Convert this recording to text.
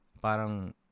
parang